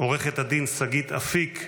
עו"ד שגית אפיק,